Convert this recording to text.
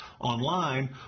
online